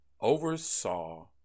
oversaw